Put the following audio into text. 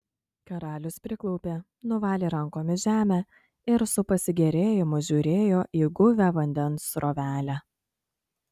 karalius priklaupė nuvalė rankomis žemę ir su pasigėrėjimu žiūrėjo į guvią vandens srovelę